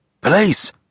Police